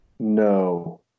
No